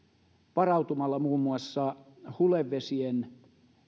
varautumalla muun muassa hulevesitulvien